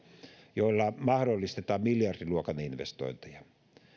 joilla mahdollistetaan miljardiluokan investointeja